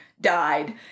died